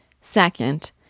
Second